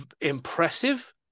impressive